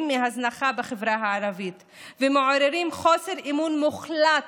מהזנחה בחברה הערבית ומעוררים חוסר אמון מוחלט